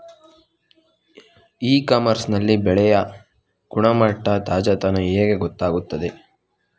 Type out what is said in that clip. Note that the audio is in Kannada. ಇ ಕಾಮರ್ಸ್ ನಲ್ಲಿ ಬೆಳೆಯ ಗುಣಮಟ್ಟ, ತಾಜಾತನ ಹೇಗೆ ಗೊತ್ತಾಗುತ್ತದೆ?